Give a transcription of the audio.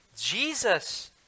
Jesus